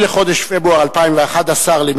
9 בחודש פברואר 2011 למניינם.